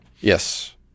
Yes